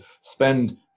spend